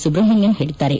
ಸುಬ್ರಹ್ಮಣ್ಯನ್ ಹೇಳಿದ್ದಾರೆ